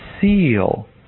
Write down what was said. seal